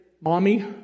mommy